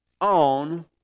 on